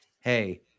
hey